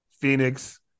Phoenix